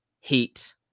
heat